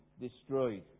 destroyed